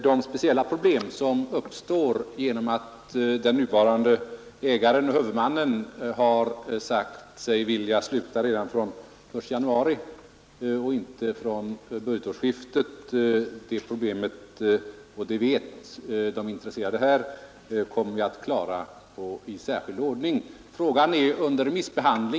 De speciella problem som uppstår genom att den nuvarande ägaren-huvudmannen har sagt sig vilja sluta redan från den 1 januari och inte vid budgetårsskiftet — detta vet de intresserade — kommer vi att kunna klara i särskild ordning. Hela frågan är under remissbehandling.